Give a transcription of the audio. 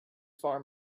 farm